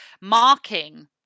marking